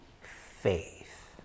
faith